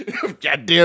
Goddamn